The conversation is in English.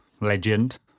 legend